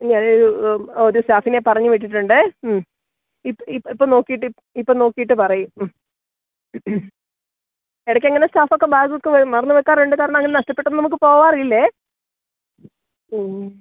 ഞാനൊരു ഒരു സ്റ്റാഫിനെ പറഞ്ഞു വിട്ടിട്ടുണ്ടേ ഉം ഇപ്പോള് നോക്കിയിട്ട് ഇപ്പോള് നോക്കിയിട്ട് പറയും ഉം ഇടയ്ക്കങ്ങനെ സ്റ്റാഫൊക്കെ ബാഗൊക്കെ മറന്നുവയ്ക്കാറുണ്ട് കാരണം അങ്ങനെ നഷ്ടപ്പെട്ടൊന്നും നമുക്ക് പോവാറില്ലേ ഉം